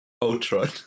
Ultron